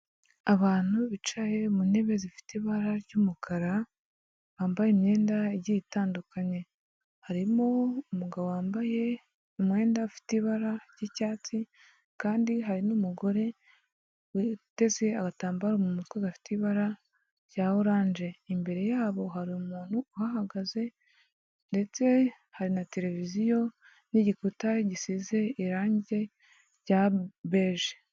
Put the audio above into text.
Abantu bicaye mu ntebe zifite ibara ry'umukara bambaye imyenda igiye itandukanye, harimo umugabo wambaye umwenda ufite ibara ry'icyatsi kandi hari n'umugore witeze agatambaro mu mutwe gafite ibara rya oranje, imbere yabo hari umuntu uhahagaze ndetse hari na televiziyo n'igikuta gisize irangi rya beje.